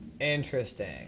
Interesting